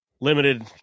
limited